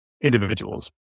individuals